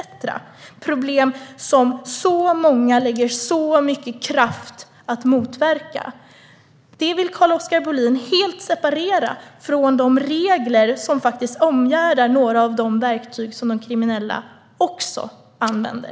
Det här är problem som många lägger mycket kraft på att motverka. Det vill Carl-Oskar Bohlin helt separera från de regler som faktiskt omgärdar några av de verktyg som de kriminella också använder.